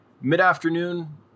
mid-afternoon